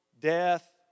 death